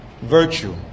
virtue